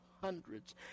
hundreds